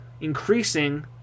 increasing